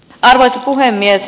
arvoisa puhemies